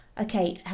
okay